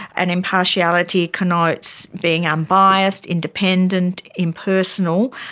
and impartiality connotes being unbiased, independent, impersonal,